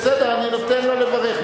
בסדר, אני נותן לו לברך.